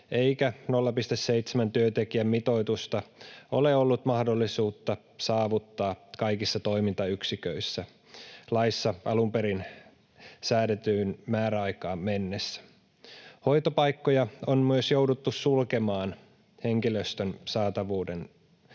eikä 0,7 työntekijän mitoitusta ole ollut mahdollisuutta saavuttaa kaikissa toimintayksiköissä laissa alun perin säädettyyn määräaikaan mennessä. Hoitopaikkoja on myös jouduttu sulkemaan henkilöstön saatavuuden heikkouden